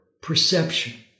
perception